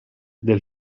del